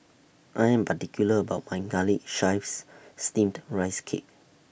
I Am particular about My Garlic Chives Steamed Rice Cake